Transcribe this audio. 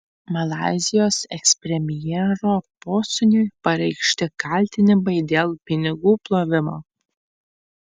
malaizijos ekspremjero posūniui pareikšti kaltinimai dėl pinigų plovimo